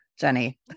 jenny